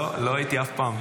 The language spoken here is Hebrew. לא, לא הייתי אף פעם.